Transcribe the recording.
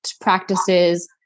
practices